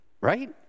right